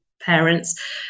parents